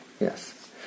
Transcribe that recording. yes